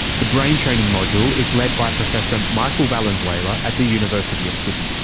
the brain training module is led by professor michael valenzuela at the university of sydney.